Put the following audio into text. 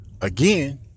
Again